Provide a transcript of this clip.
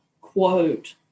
quote